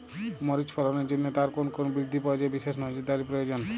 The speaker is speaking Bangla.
মরিচ ফলনের জন্য তার কোন কোন বৃদ্ধি পর্যায়ে বিশেষ নজরদারি প্রয়োজন?